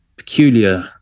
peculiar